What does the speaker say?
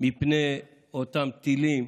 מפני אותם טילים